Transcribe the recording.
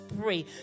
pray